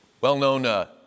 well-known